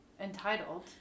entitled